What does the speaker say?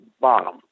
bottom